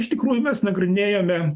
iš tikrųjų mes nagrinėjome